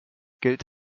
gilt